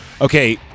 Okay